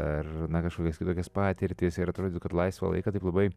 ar na kažkokias kitokias patirtis ir atrodytų kad laisvą laiką taip labai